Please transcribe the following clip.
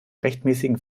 rechtmäßigen